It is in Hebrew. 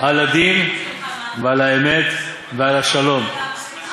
על הדין ועל האמת ועל השלום".